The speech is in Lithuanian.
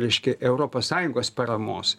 reiškia europos sąjungos paramos